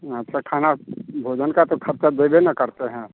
अच्छा खाना भोजन का तो खर्चा देबे ना करते हैं